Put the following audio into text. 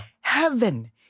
heaven